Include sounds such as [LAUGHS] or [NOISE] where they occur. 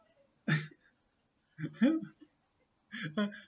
[LAUGHS]